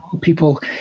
people